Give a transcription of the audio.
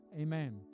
Amen